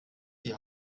die